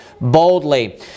boldly